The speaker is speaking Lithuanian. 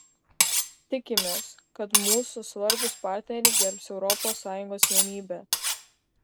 tikimės kad mūsų svarbūs partneriai gerbs europos sąjungos vienybę